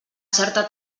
certa